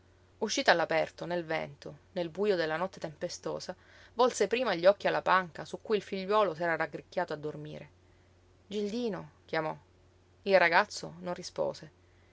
uscita all'aperto nel vento nel bujo della notte tempestosa volse prima gli occhi alla panca su cui il figliuolo s'era raggricchiato a dormire gildino chiamò il ragazzo non rispose